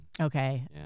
Okay